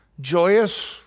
joyous